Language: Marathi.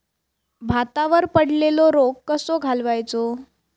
भातावर पडलेलो रोग कसो घालवायचो?